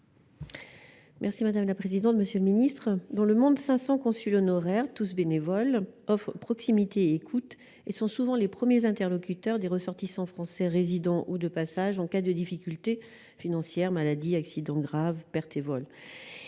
Merci madame la présidente, monsieur le ministre, dans le monde 500 consul honoraire, tous bénévoles, proximité, écoute et sont souvent les premiers interlocuteurs des ressortissants français résidant ou de passage en cas de difficultés financières, maladie, accidents graves, perte et vol,